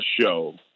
show